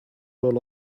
roll